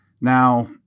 Now